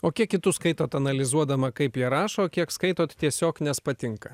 o kiek kitus skaitot analizuodama kaip jie rašo kiek skaitot tiesiog nes patinka